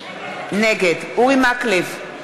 נגד אורי מקלב,